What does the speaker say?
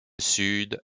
sud